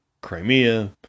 crimea